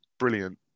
Brilliant